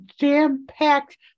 jam-packed